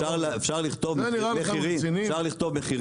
אפשר לכתוב מחירים,